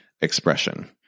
expression